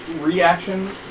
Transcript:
reaction